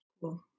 cool